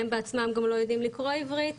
הם בעצמם גם לא יודעים לקרוא עברית